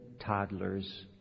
toddlers